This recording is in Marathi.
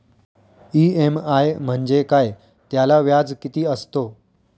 इ.एम.आय म्हणजे काय? त्याला व्याज किती असतो?